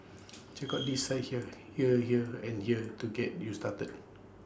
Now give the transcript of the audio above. check out these sites here here here and here to get you started